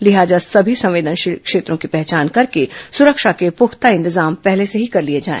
लिहाजा सभी संवेदनशील क्षेत्रों की पहचान करके सुरक्षा के पुख्ता इंतजाम पहले से ही कर लिए जाए